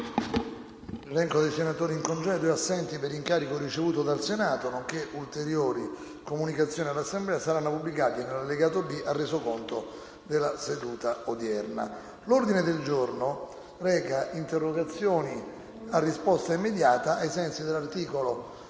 L'elenco dei senatori in congedo e assenti per incarico ricevuto dal Senato, nonché ulteriori comunicazioni all'Assemblea saranno pubblicati nell'allegato B al Resoconto della seduta odierna. **Svolgimento di interrogazioni a risposta immediata, ai sensi dell'articolo